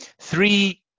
three